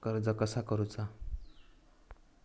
कर्ज कसा करूचा?